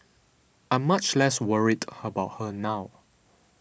I'm much less worried about her now